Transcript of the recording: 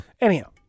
Anyhow